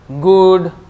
good